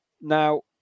Now